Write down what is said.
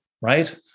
right